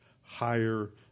higher